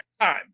time